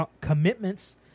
commitments